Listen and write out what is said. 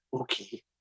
Okay